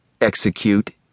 execute